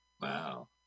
Wow